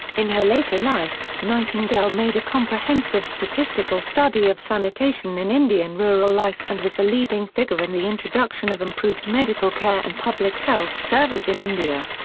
in her later life, nightingale made a comprehensive statistical study of sanitation in indian rural life and was the leading figure in the introduction of improved medical care and public health service in india.